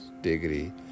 degree